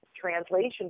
translation